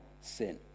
sin